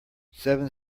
seven